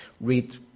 read